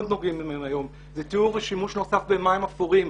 נוגעים בהם היום אלה טיהור ושימוש במים אפורים.